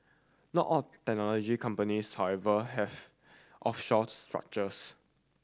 not all technology companies however have offshore structures